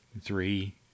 Three